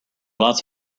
lots